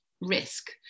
risk